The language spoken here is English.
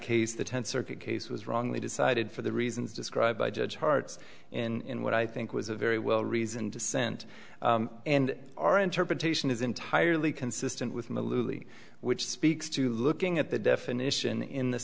case the tenth circuit case was wrongly decided for the reasons described by judge hearts in what i think was a very well reasoned dissent and our interpretation is entirely consistent with maloof which speaks to looking at the definition in the